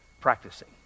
practicing